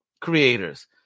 creators